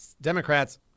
Democrats